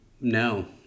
no